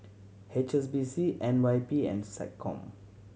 H S B C N Y P and SecCom